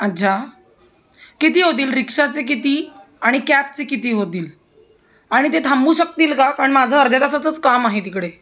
अच्छा किती होतील रिक्षाचे किती आणि कॅबचे किती होतील आणि ते थांबू शकतील का कारण माझं अर्ध्या तासाचंच काम आहे तिकडे